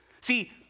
See